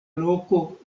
loko